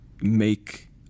make